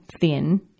thin